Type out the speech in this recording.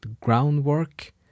groundwork